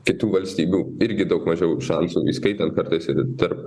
kitų valstybių irgi daug mažiau šansų įskaitant kartais ir tarp